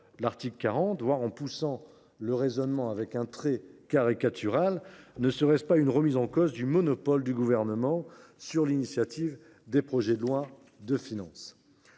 l’article 40 ? Poussons le raisonnement jusqu’à la caricature : ne serait ce pas une remise en cause du monopole du Gouvernement sur l’initiative des projets de loi de finances ?